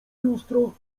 lustro